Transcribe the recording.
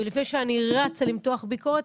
ולפני שאני רצה למתוח ביקורת,